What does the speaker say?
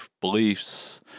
beliefs